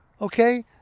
okay